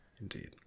Indeed